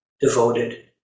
devoted